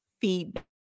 feedback